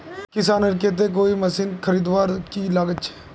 किसानेर केते कोई मशीन खरीदवार की लागत छे?